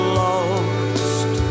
lost